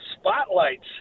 spotlights